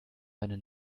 eine